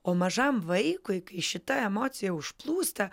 o mažam vaikui kai šita emocija užplūsta